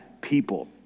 people